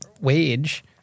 wage